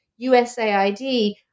USAID